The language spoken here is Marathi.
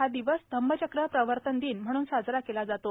हा दिवस धम्मचक्र प्रवर्तन दिन म्हणून साजरा केला जातो